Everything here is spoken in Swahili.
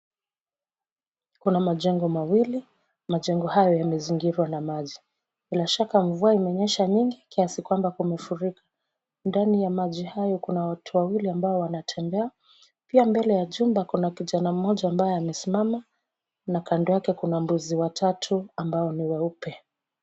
Kuna majengo mawili. Majengo hayo yamezingirwa na maji. Bila shaka mvua imenyesha mingi kiasi kwamba kumefurika. Ndani ya maji hayo kuna watu wawili ambao wanatembea. Pia mbele ya jumba kuna kijana mmoja ambaye amesimama na kando yake kuna mbuzi watatu ambao ni weupe.